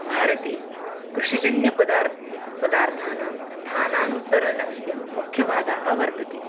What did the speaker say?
भारते कृषिजन्यपदार्थानां पदार्थानां स्थानान्तरणस्य मुख्यभेदाः वर्तन्ते